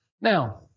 Now